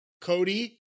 Cody